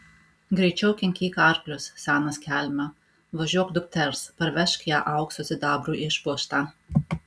greičiau kinkyk arklius senas kelme važiuok dukters parvežk ją auksu sidabru išpuoštą